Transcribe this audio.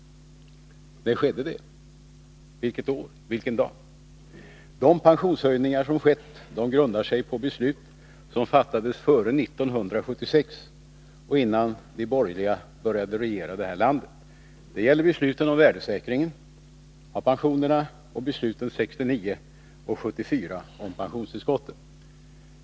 När skedde det? Vilket år? Vilken dag? De höjningar av pensionerna som har skett grundar sig på beslut som fattades före 1976, innan de borgerliga började regera det här landet. Det gäller beslutet om värdesäkringen av pensionerna och besluten 1969 och 1974 om pensionstillskotten.